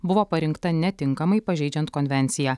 buvo parinkta netinkamai pažeidžiant konvenciją